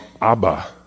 Abba